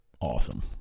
awesome